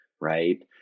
right